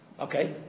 Okay